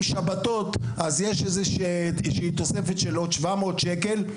שבתות אז יש איזו שהיא תוספת של עוד 700 שקל.